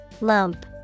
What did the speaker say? Lump